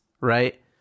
right